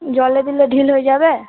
জলে দিলে ঢিলে হয়ে যাবে